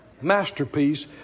masterpiece